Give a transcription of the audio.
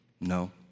No